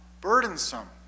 burdensome